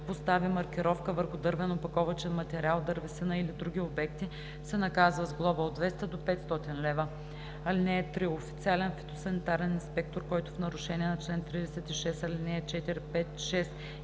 постави маркировка върху дървен опаковъчен материал, дървесина или други обекти, се наказва с глоба от 200 до 500 лв. (3) Официален фитосанитарен инспектор, който в нарушение на чл. 36, ал. 4, 5, 6